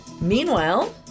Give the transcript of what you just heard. Meanwhile